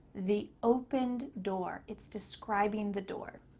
the opened door. it's describing the door.